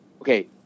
okay